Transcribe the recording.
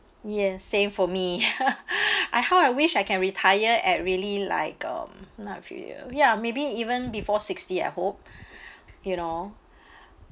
yes same for me I how I wish I can retire at really like um not a few year ya maybe even before sixty I hope you know